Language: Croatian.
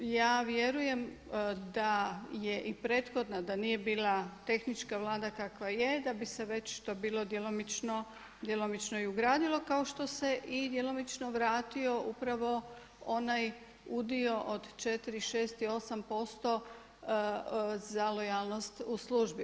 Ja vjerujem da je i prethodna, da nije bila tehnička Vlada kakva je da bi se to već bilo djelomično i ugradilo kao što se i djelomično vratio upravo onaj udio od 4, 6 i 8% za lojalnost u službi.